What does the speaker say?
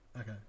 Okay